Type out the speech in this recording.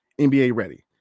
NBA-ready